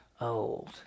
old